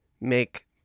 make